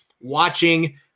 watching